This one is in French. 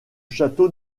château